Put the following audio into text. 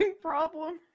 problem